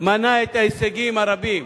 את ההישגים הרבים.